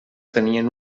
tenien